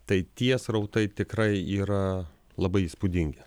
tai tie srautai tikrai yra labai įspūdingi